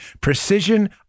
Precision